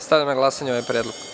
Stavljam na glasanje ovaj predlog.